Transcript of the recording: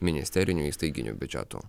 ministerinių įstaiginių biudžetų